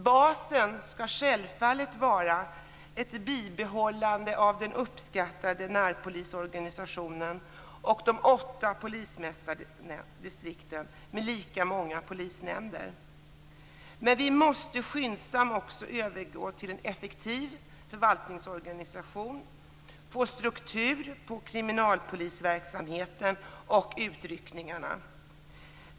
Basen skall självfallet vara ett bibehållande av den uppskattade närpolisorganisationen och de åtta polismästardistrikten med lika många polisnämnder. Men vi måste också skyndsamt övergå till en effektiv förvaltningsorganisation och få struktur på kriminalpolisverksamheten och utryckningarna.